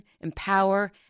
empower